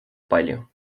palju